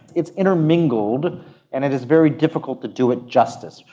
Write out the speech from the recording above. it's intermingled and it is very difficult to do it justice.